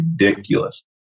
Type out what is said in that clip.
ridiculous